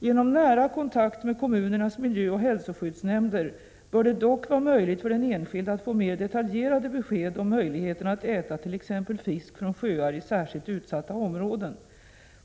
Genom nära kontakt med kommunernas miljöoch hälsoskyddsnämnder bör det dock vara möjligt för den enskilde att få mera detaljerade besked om möjligheterna att äta t.ex. fisk från sjöar i särskilt utsatta områden.